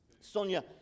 Sonia